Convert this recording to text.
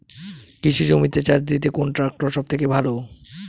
কৃষি জমিতে চাষ দিতে কোন ট্রাক্টর সবথেকে ভালো?